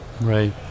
Right